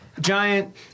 giant